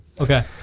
Okay